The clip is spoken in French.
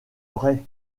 vrai